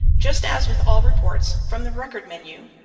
just as with all reports, from the record menu,